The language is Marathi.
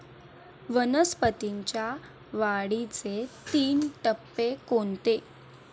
वनस्पतींच्या वाढीचे तीन टप्पे कोणते?